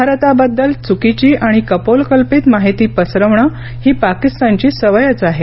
भारताबद्दल चुकीची आणि कपोलकल्पित माहिती पसरवणं ही पाकिस्तानची सवयच आहे